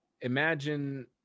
imagine